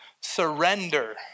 surrender